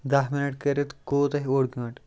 دَہ مِنَٹ کٔرِتھ گوٚو تۄہہِ اوٛڑ گٲنٹہٕ